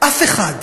אף אחד,